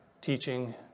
teaching